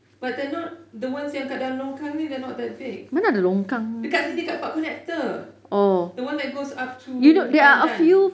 but they're not the ones yang kat dalam longkang ni they're not that big dekat sini kat park connector the one that goes up to pandan